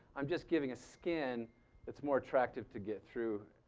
i'm just giving a skin that's more attractive to get through.